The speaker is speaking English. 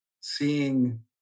seeing